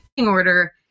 order